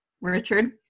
Richard